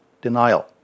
denial